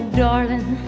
darling